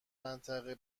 منطقه